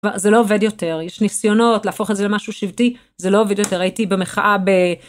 בה... זה לא עובד יותר, יש ניסיונות להפוך את זה למשהו שבטי, זה לא עובד יותר, הייתי במחאה ב...